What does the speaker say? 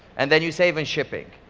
and then you save on shipping,